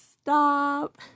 stop